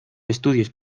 estudios